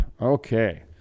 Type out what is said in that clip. Okay